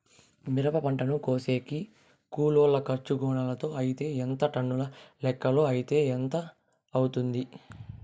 మిరప పంటను కోసేకి కూలోల్ల ఖర్చు గోనెలతో అయితే ఎంత టన్నుల లెక్కలో అయితే ఎంత అవుతుంది?